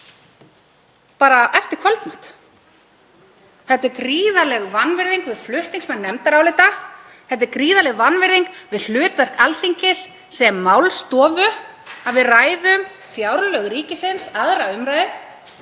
eftir kvöldmat. Þetta er gríðarleg vanvirðing við flutningsmenn nefndarálita. Það er gríðarleg vanvirðing við hlutverk Alþingis sem málstofu að við ræðum fjárlög ríkisins, 2. umr.,